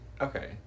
Okay